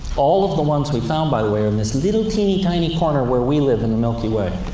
all of the ones we've found, by the way, are in this little, teeny, tiny corner where we live, in the milky way.